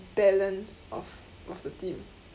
balance of of the team